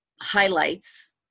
highlights